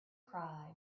cry